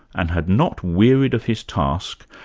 and had not wearied of his task,